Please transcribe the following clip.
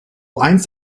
einst